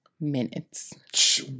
minutes